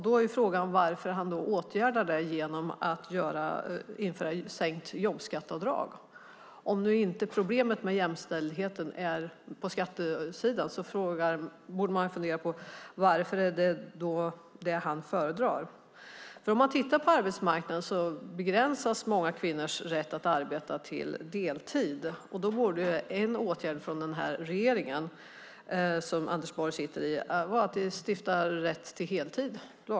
Då är frågan varför han åtgärdar det genom att införa sänkt skatt. Om nu inte problemet med jämställdheten finns på skattesidan undrar man varför det är detta han föredrar. Om man tittar på arbetsmarknaden ser man att många kvinnors rätt att arbeta begränsas till deltid. Då borde en åtgärd från den här regeringen, som Anders Borg sitter i, vara att lagstifta om rätt till heltid.